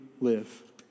live